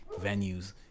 venues